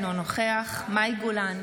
אינו נוכח מאי גולן,